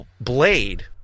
blade